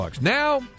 Now